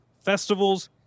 festivals